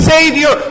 Savior